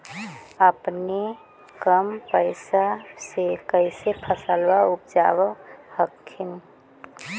अपने कम पैसा से कैसे फसलबा उपजाब हखिन?